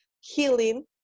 healing